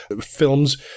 Films